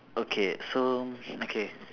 okay so okay